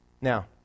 Now